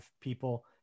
people